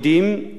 לצערי הרב,